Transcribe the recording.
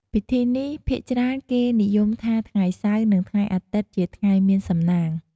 ពិធីនេះភាគច្រើនគេនិយមថា ថ្ងៃសៅរ៍និងថ្ងៃអាទិត្យជាថ្ងៃមានសំណាង។